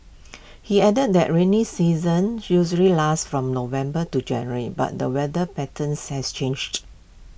he added that rainy season usually lasts from November to January but the weather patterns has changed